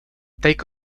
take